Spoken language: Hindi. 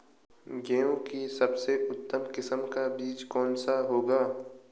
गेहूँ की सबसे उत्तम किस्म का बीज कौन सा होगा?